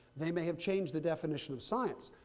they may have changed the definition of science,